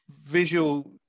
visual